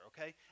okay